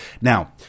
now